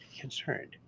concerned